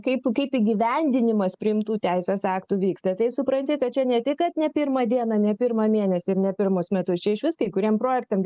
kaip kaip įgyvendinimas priimtų teisės aktų vyksta tai supranti kad čia ne tik kad ne pirmą dieną ne pirmą mėnesį ir ne pirmus metus čia išvis kai kuriem projektam